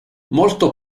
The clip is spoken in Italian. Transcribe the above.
molto